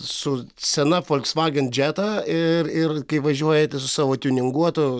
su sena folksvagen džeta ir ir kai važiuojate su savo tiuninguotu